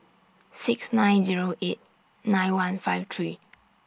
six nine Zero eight nine one five three